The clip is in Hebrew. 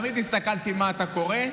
ותמיד הסתכלתי מה אתה קורא,